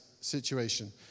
situation